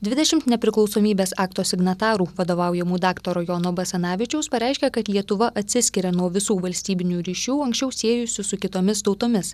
dvidešimt nepriklausomybės akto signatarų vadovaujamų daktaro jono basanavičiaus pareiškė kad lietuva atsiskiria nuo visų valstybinių ryšių anksčiau siejusių su kitomis tautomis